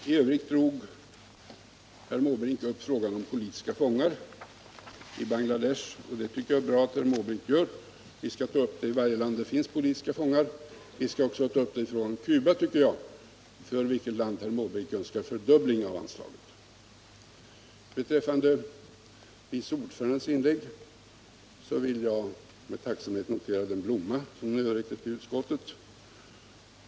I övrigt tog herr Måbrink upp frågan om politiska fångar i Bangladesh. Det tycker jag är bra att herr Måbrink gör. Vi skall behandla varje land där det finns politiska fångar. Vi skall, tycker jag, också ta upp den frågan när det gäller Cuba, det land till vilket herr Måbrink önskar fördubbla anslaget. Beträffande utrikesutskottets vice ordförandes inlägg noterar jag med tacksamhet den blomma hon överräckte till utskottet.